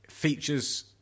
features